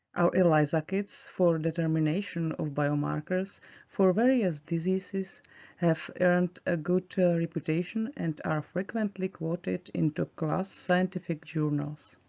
our elisa kits for determination of biomarkers for various diseases have earned a good but reputation and are frequently quoted in top class scientific journals.